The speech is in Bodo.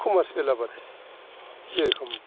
कमारसियेल आबाद जेरेखम